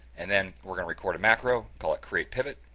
and then we're going to record a macro, call it createpivot